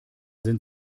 sind